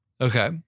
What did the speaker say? Okay